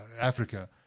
Africa